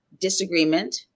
disagreement